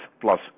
plus